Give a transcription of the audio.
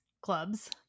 clubs